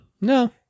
No